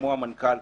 כמו המנכ"ל,